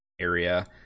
area